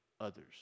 others